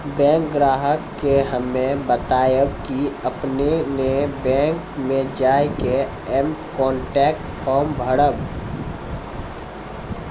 bank ग्राहक के हम्मे बतायब की आपने ने बैंक मे जय के एम कनेक्ट फॉर्म भरबऽ